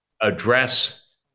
address